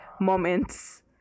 moments